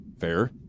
fair